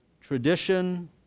tradition